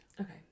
Okay